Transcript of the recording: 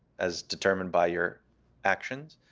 as determined by your actions.